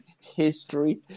History